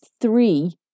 three